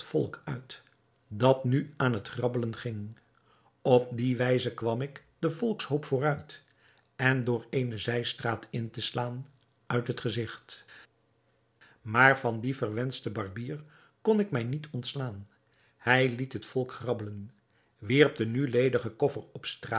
dat nu aan het grabbelen ging op die wijze kwam ik den volkshoop vooruit en door eene zijstraat in te slaan uit het gezigt maar van dien verwenschten barbier kon ik mij niet ontslaan hij liet het volk grabbelen wierp den nu ledigen koffer op straat